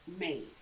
made